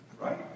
Right